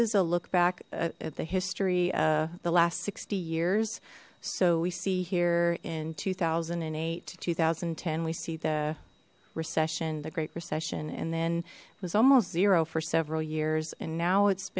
a look back at the history of the last sixty years so we see here in two thousand and eight to two thousand and ten we see the recession the great recession and then it was almost zero for several years and now it's